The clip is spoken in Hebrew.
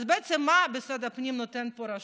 בעצם, מה משרד הפנים נותן פה רשות?